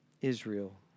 Israel